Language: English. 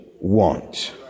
want